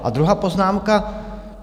A druhá poznámka.